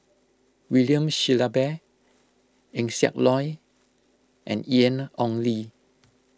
William Shellabear Eng Siak Loy and Ian Ong Li